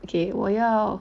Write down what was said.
okay 我要